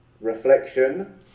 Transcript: reflection